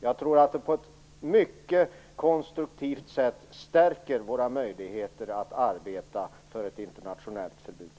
Jag tror att det på ett mycket konstruktivt sätt stärker våra möjligheter att arbeta för ett internationellt förbud.